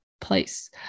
place